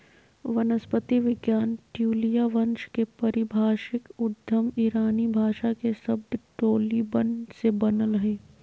वनस्पति विज्ञान ट्यूलिया वंश के पारिभाषिक उद्गम ईरानी भाषा के शब्द टोलीबन से बनल हई